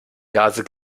gase